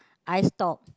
I stop